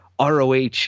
ROH